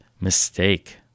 mistake